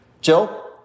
Jill